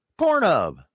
Pornhub